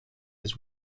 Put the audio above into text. his